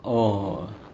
oh